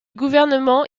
gouvernement